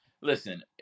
listen